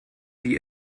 die